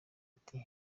ati